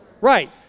Right